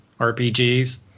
RPGs